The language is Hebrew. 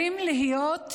כבוד היושב בראש, כנסת נכבדה,